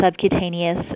subcutaneous